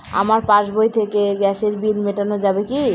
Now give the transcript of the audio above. আমার পাসবই থেকে গ্যাসের বিল মেটানো যাবে কি?